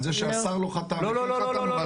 על זה שהשר לא חתם או כן חתם,